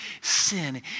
sin